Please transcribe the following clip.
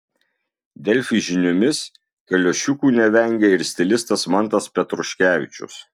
delfi žiniomis kaliošiukų nevengia ir stilistas mantas petruškevičius